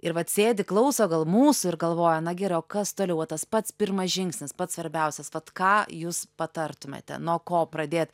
ir vat sėdi klauso gal mūsų ir galvoja na gerai o kas toliau va tas pats pirmas žingsnis pats svarbiausias vat ką jūs patartumėte nuo ko pradėt